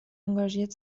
engagiert